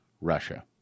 Russia